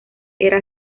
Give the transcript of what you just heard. era